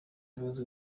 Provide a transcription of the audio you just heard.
ibibazo